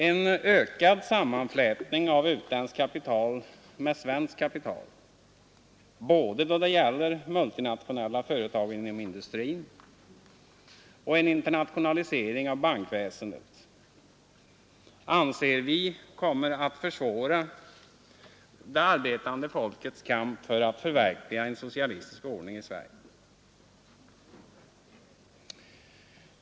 En ökad sammanflätning av utländskt kapital med svenskt kapital — både genom multinationella företag inom industrin och genom en internationalisering av bankväsendet — anser vi kommer att försvåra det arbetande folkets kamp för att förverkliga en socialistisk ordning i Sverige.